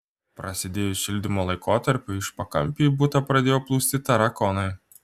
prasidėjus šildymo laikotarpiui iš pakampių į butą pradėjo plūsti tarakonai